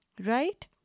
Right